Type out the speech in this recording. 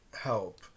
help